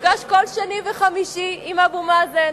נפגש כל שני וחמישי עם אבו מאזן.